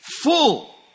full